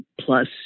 plus